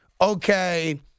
okay